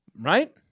Right